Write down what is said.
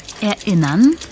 Erinnern